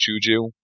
Juju